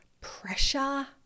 Pressure